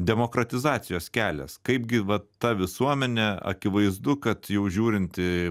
demokratizacijos kelias kaip gi va ta visuomenė akivaizdu kad jau žiūrint